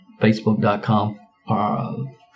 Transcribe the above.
facebook.com